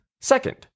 Second